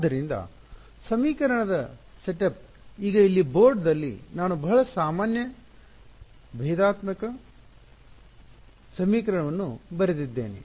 ಆದ್ದರಿಂದ ಸಮೀಕರಣದ ಸೆಟಪ್ ಈಗ ಇಲ್ಲಿ ಬೋರ್ಡ್ ದಲ್ಲಿ ನಾನು ಬಹಳ ಸಾಮಾನ್ಯ ಭೇದಾತ್ಮಕ ಸಮೀಕರಣವನ್ನು ಬರೆದಿದ್ದೇನೆ